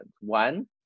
one